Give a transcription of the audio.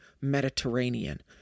Mediterranean